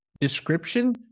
description